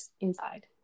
inside